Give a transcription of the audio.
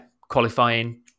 qualifying